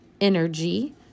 energy